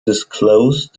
disclose